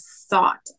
thought